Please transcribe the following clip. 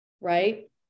right